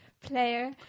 player